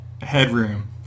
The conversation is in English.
headroom